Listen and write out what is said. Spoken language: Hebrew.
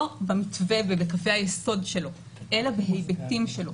לא במתווה ובקווי היסוד שלו אלא בהיבטים שלו.